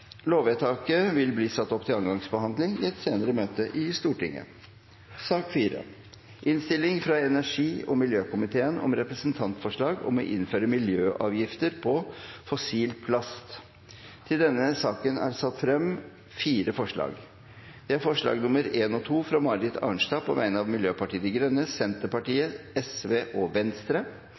Lovvedtaket vil bli ført opp til andre gangs behandling i et senere møte i Stortinget. Under debatten er det satt frem fire forslag. Det er forslagene nr.1 og 2, fra Marit Arnstad på vegne av Senterpartiet, Venstre, Sosialistisk Venstreparti og Miljøpartiet De Grønne forslagene nr. 3 og 4, fra Ola Elvestuen på vegne av Venstre,